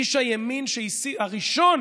איש הימין הראשון